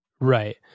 Right